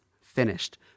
finished